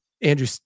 Andrew